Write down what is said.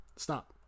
stop